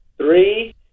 Three